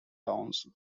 dawns